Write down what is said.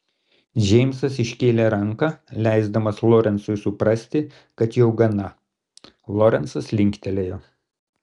džeimsas iškėlė ranką leisdamas lorencui suprasti kad jau gana lorencas linktelėjo